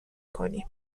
کنیم